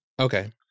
Okay